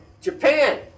Japan